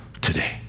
today